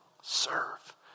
serve